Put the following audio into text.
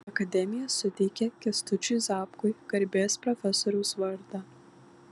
akademija suteikė kęstučiui zapkui garbės profesoriaus vardą